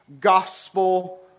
gospel